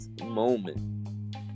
moment